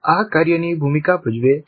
આ કાર્યની ભૂમિકા ભજવે છે